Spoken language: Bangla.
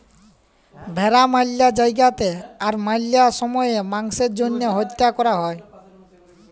ভেড়া ম্যালা জায়গাতে আর ম্যালা সময়ে মাংসের জ্যনহে হত্যা ক্যরা হ্যয়